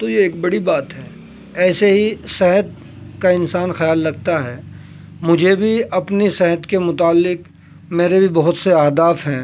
تو یہ ایک بڑی بات ہے ایسے ہی صحت کا انسان خیال رکھتا ہے مجھے بھی اپنی صحت کے متعلق میرے بھی بہت سے اہداف ہیں